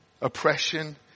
Oppression